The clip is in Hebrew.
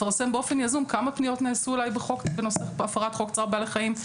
לפרסם באופן יזום כמה פניות נעשו בנושא הפרת חוק צער בעלי חיים,